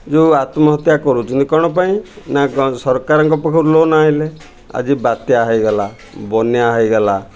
ଯେଉଁ ଆତ୍ମହତ୍ୟା କରୁଛନ୍ତି କ'ଣ ପାଇଁ ନା ସରକାରଙ୍କ ପାଖରୁ ଲୋନ୍ ଆଣିଲେ ଆଜି ବାତ୍ୟା ହୋଇଗଲା ବନ୍ୟା ହୋଇଗଲା